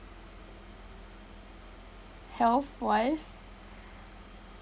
health wise